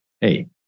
hey